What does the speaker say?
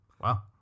Wow